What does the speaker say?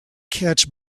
catch